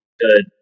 good